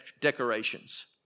decorations